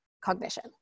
cognition